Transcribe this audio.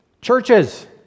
churches